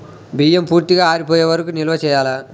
బియ్యం పూర్తిగా ఆరిపోయే వరకు నిల్వ చేయాలా?